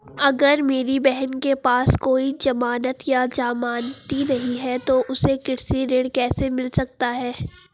अगर मेरी बहन के पास कोई जमानत या जमानती नहीं है तो उसे कृषि ऋण कैसे मिल सकता है?